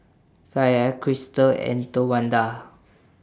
Kaia Kristal and Towanda